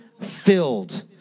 filled